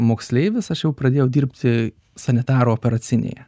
moksleivis aš jau pradėjau dirbti sanitaro operacinėje